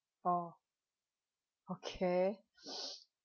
oh okay